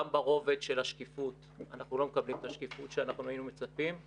גם ברובד של השקיפות אנחנו לא מקבלים את השקיפות שהיינו מצפים;